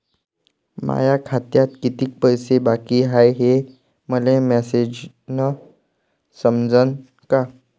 माया खात्यात कितीक पैसे बाकी हाय हे मले मॅसेजन समजनं का?